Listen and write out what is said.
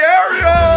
area